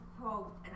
quote